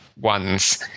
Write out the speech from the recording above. one's